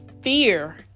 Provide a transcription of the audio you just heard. fear